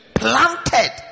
planted